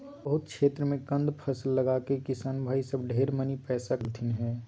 बहुत क्षेत्र मे कंद फसल लगाके किसान भाई सब ढेर मनी पैसा कमा रहलथिन हें